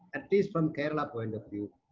at least from kerala point of view,